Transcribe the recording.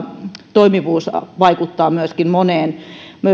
toimivuus vaikuttavat myöskin moneen